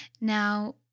Now